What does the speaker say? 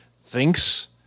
thinks